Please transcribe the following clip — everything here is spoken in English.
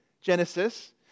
Genesis